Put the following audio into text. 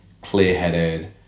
clear-headed